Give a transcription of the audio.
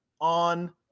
on